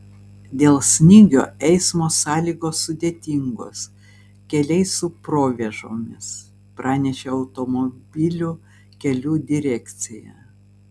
dėl snygio eismo sąlygos sudėtingos keliai su provėžomis pranešė automobilių kelių direkcija